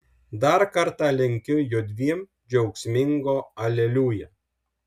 dar kartą linkiu judviem džiaugsmingo aleliuja